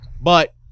But-